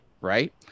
right